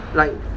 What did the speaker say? like